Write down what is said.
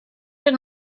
did